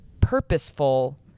purposeful